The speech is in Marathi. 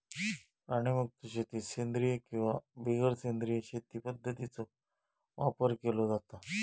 प्राणीमुक्त शेतीत सेंद्रिय किंवा बिगर सेंद्रिय शेती पध्दतींचो वापर केलो जाता